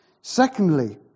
Secondly